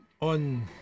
On